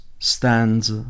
stands